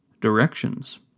directions